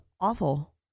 awful